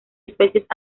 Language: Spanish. especies